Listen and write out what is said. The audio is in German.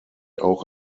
auch